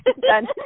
Done